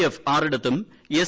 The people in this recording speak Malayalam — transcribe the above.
എഫ് ആറിടത്തും എസ്